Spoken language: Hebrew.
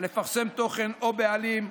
מפרסם תוכן או בעלים,